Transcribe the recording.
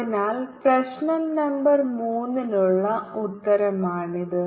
അതിനാൽ പ്രശ്ന നമ്പർ 3 നുള്ള ഉത്തരമാണിത്